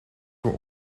were